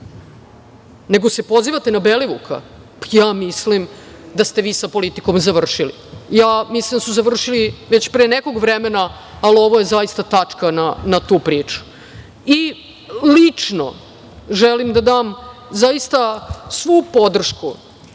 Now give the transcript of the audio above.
nego se pozivate na Belivuka, ja mislim da ste vi sa politikom završili. Mislim da su završili već pre nekog vremena, ali ovo je zaista tačka na tu priču. Lično, želim da dam zaista svu podršku